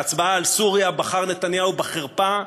בהצבעה על סוריה בחר נתניהו בחרפה,